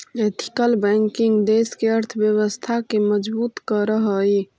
ethical banking देश के अर्थव्यवस्था के मजबूत करऽ हइ